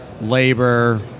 labor